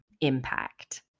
impact